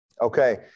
Okay